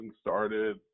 started